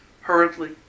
Hurriedly